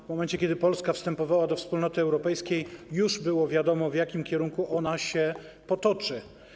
W momencie kiedy Polska wstępowała do Wspólnoty Europejskiej, już było wiadomo, w jakim kierunku ona się potoczy.